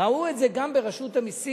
ראו את זה גם ברשות המסים,